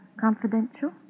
confidential